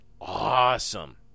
awesome